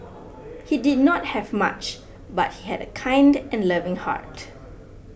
he did not have much but he had a kind and loving heart